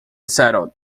settled